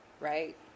Right